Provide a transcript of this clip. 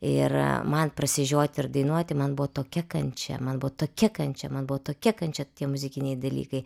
ir man prasižioti ir dainuoti man buvo tokia kančia man buvo tokia kančia man buvo tokia kančia tie muzikiniai dalykai